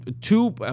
two